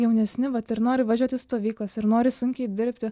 jaunesni vat ir nori važiuot į stovyklas ir nori sunkiai dirbti